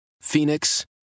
Phoenix